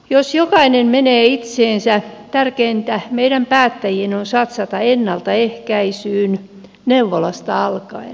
jos jokainen menee itseensä tärkeintä meidän päättäjien on satsata ennaltaehkäisyyn neuvolasta alkaen